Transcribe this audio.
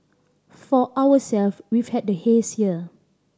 for ourselves we've had the haze year